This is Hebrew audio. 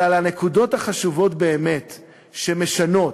אלא על הנקודות החשובות באמת שמשנות,